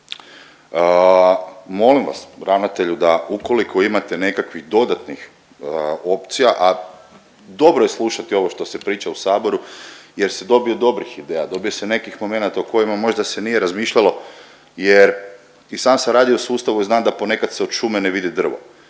Molim vas ravnatelju da ukoliko imate nekakvih dodatnih opcija, a dobro je slušati ovo što se priča u saboru jer se dobije dobrih ideja, dobije se nekih momenata o kojima možda se nije razmišljalo jer i sam sam radio u sustavu i znam da ponekad se od šume ne vidi drvo,